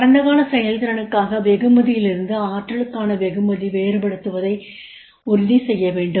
கடந்தகால செயல்திறனுக்கான வெகுமதியிலிருந்து ஆற்றலுக்கான வெகுமதியை வேறுபடுத்துவதை உறுதிசெய்ய வேண்டும்